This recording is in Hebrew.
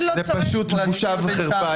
פשוט בושה וחרפה.